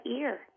ear